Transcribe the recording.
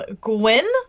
Gwen